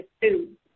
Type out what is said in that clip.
food